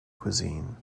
cuisine